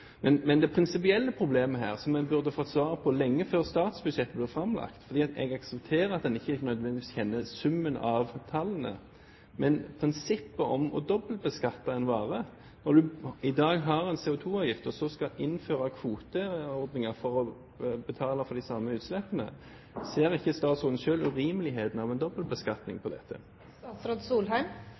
Men det prinsipielle problemet her, som en burde fått svaret på lenge før statsbudsjettet ble framlagt – jeg aksepterer at man ikke nødvendigvis kjenner summen av tallene – er å dobbeltbeskatte en vare når du i dag har en CO2-avgift og så skal innføre kvoteordninger for å betale for de samme utslippene. Ser ikke statsråden selv urimeligheten i en